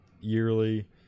yearly